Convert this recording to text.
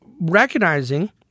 recognizing